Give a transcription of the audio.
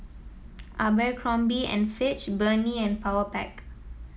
Abercrombie and Fitch Burnie and Powerpac